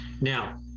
Now